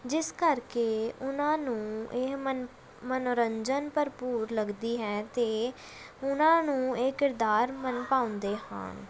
ਜਿਸ ਕਰਕੇ ਉਹਨਾਂ ਨੂੰ ਇਹ ਮਨ ਮਨੋਰੰਜਨ ਭਰਪੂਰ ਲੱਗਦੀ ਹੈ ਅਤੇ ਉਹਨਾਂ ਨੂੰ ਇਹ ਕਿਰਦਾਰ ਮਨ ਭਾਉਂਦੇ ਹਾਂ